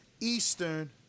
Eastern